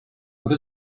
what